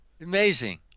Amazing